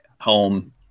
home